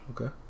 Okay